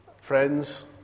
friends